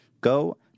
Go